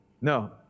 No